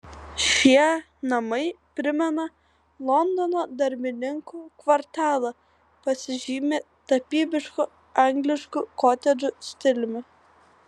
šie namai primena londono darbininkų kvartalą pasižymi tapybišku angliškų kotedžų stiliumi